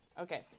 Okay